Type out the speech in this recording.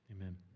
Amen